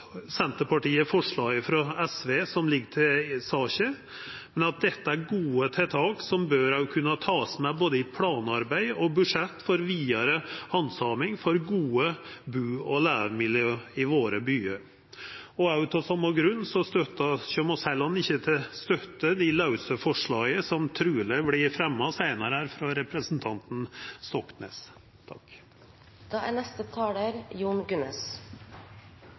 Senterpartiet forslaget frå SV i saka, men meiner at dette er gode tiltak, som bør kunna takast med i både planarbeid og budsjett for vidare handsaming for gode bu- og levemiljø i byane våre. Av same grunn kjem vi heller ikkje til å støtta dei lause forslaga som truleg vert fremja av representanten Stoknes seinare. Luftforurensning i både Norge og andre land er